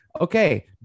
Okay